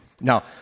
Now